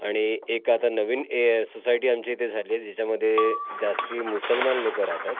आणि एक आता नवीन ए सोसायटी आमच्या इथे झाली आहे जिच्यामध्ये जास्ती मुसलमान लोकं रहातात